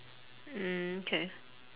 mm K